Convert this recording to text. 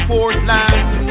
Portland